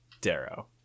darrow